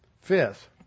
Fifth